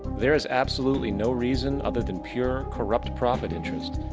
there is absolutely no reason, other than pure, corrupt profit interests,